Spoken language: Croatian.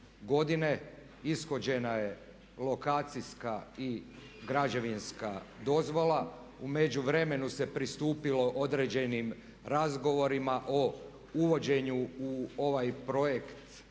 ishođena je lokacijska i građevinska dozvola. U međuvremenu se pristupilo određenim razgovorima o uvođenju u ovaj projekt